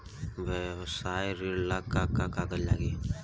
व्यवसाय ऋण ला का का कागज लागी?